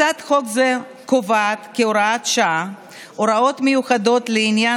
הצעת חוק זו קובעת כהוראת שעה הוראות מיוחדות לעניין